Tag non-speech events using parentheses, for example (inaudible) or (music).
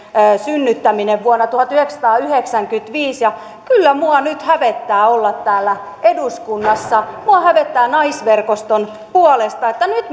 synnyttäminen vuonna tuhatyhdeksänsataayhdeksänkymmentäviisi kyllä minua nyt hävettää olla täällä eduskunnassa minua hävettää naisverkoston puolesta että nyt (unintelligible)